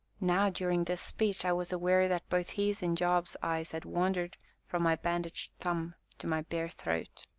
now, during this speech, i was aware that both his and job's eyes had wandered from my bandaged thumb to my bare throat,